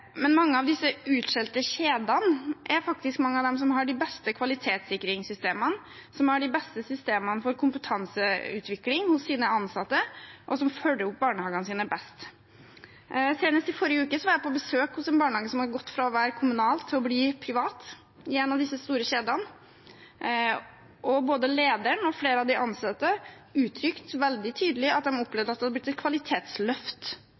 Men mange av disse utskjelte kjedene er faktisk blant dem som har de beste kvalitetssikringssystemene, som har de beste systemene for kompetanseutvikling hos sine ansatte, og som følger opp barnehagene sine best. Senest i forrige uke var jeg på besøk i en barnehage som har gått fra å være kommunal til å bli privat, i en av disse store kjedene, og både lederen og flere av de ansatte uttrykte veldig tydelig at